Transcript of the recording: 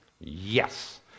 Yes